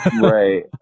Right